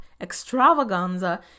extravaganza